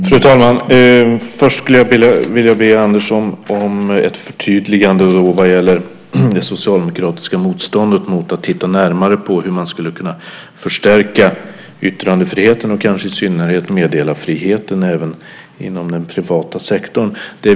Fru talman! Först skulle jag vilja be Anders om ett förtydligande vad gäller det socialdemokratiska motståndet mot att titta närmare på hur man kunde förstärka yttrandefriheten, kanske i synnerhet meddelarfriheten, även inom den privata sektorn.